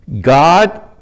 God